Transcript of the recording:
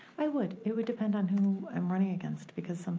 i would. it would depend on who i'm running against, because